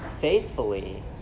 faithfully